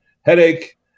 headache